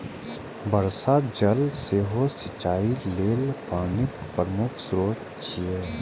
वर्षा जल सेहो सिंचाइ लेल पानिक प्रमुख स्रोत छियै